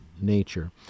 nature